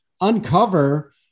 uncover